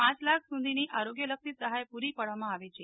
પ લાખ સુધીની આરોગ્યલક્ષી સહાય પુરી પાડવામાં આવે છે